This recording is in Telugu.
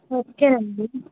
ఓకే అండి